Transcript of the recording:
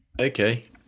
okay